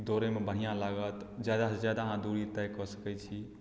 दौड़यमे बढ़िआँ लागत ज्यादासँ ज्यादा अहाँ दूरी तय कऽ सकैत छी